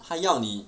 他要你